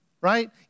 Right